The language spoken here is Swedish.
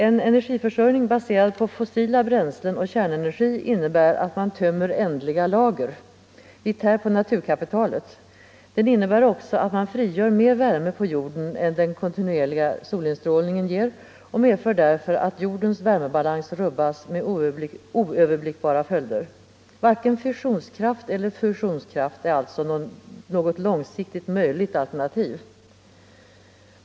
En energiförsörjning baserad på fossila bränslen och kärnenergi innebär att man tömmer ändliga lager. Vi tär på naturkapitalet. Den innebär också att man frigör mer värme på jorden än den kontinuerliga solinstrålningen ger och medför därför att jordens värmebalans rubbas med oöverblickbara följder. Varken fissionskraft eller fusionskraft är alltså något långsiktigt möjligt alternativ.